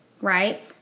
right